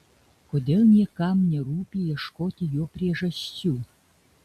kodėl niekam nerūpi ieškoti jo priežasčių